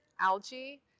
algae